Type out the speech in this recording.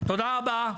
תודה רבה.